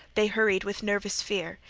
they hurried with nervous fear.